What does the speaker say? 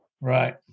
Right